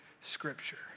Scripture